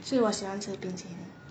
所以我喜欢吃冰淇淋